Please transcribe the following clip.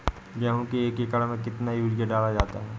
गेहूँ के एक एकड़ में कितना यूरिया डाला जाता है?